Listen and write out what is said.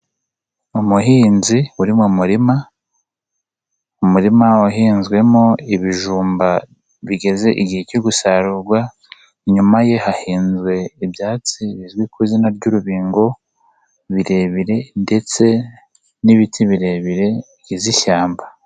Umuhinzi uri mu murima, umurima uhinzwemo ibijumba bigeze igihe cyo gusarurwa, inyuma ye hahinzwe ibyatsi bizwi ku izina ry'urubingo birebire ndetse n'ibiti birebire bigize ishyamba.